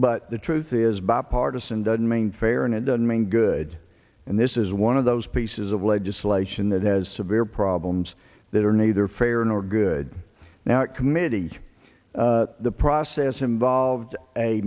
but the truth is bipartisan doesn't mean fair and it doesn't mean good and this is one of those pieces of legislation that has severe problems that are neither fair nor good now committing to the process involves a